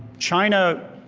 china